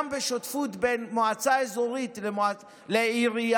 גם בשותפות בין מועצה אזורית לעירייה,